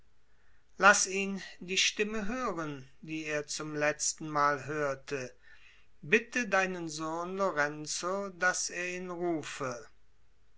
laß ihn die stimme hören die er zum letztenmal hörte bitte deinen sohn lorenzo daß er ihn rufe